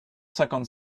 cinquante